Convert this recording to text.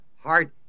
heart